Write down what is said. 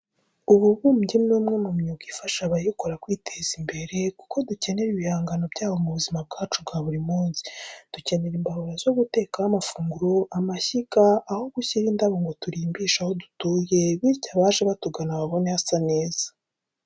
Ububumbyi ni umwe mu myuga ifasha abayikora kwiteza imbere kuko dukenera ibihangano byabo mu buzima bwacu bwa buri munsi. Dukenera imbabura zo gutekaho amafunguro, amashyiga, aho gushyira indabo ngo turimbishe aho dutuye bityo abaje batugana babone hasa neza.